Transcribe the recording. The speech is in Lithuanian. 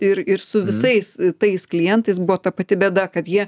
ir ir su visais tais klientais buvo ta pati bėda kad jie